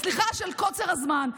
אז סליחה על קוצר הזמן.